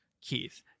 Keith